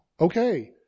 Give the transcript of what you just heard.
okay